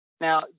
Now